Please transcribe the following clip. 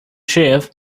shave